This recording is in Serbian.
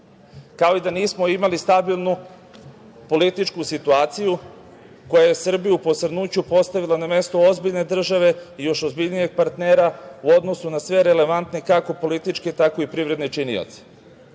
kao i da nismo imali stabilnu političku situaciju koja je Srbiju u posrnuću postavila na mesto ozbiljno države i još ozbiljnijeg partnera u odnosu na sve relevantne kako političke, tako i privredne činioce. Danas